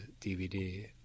DVD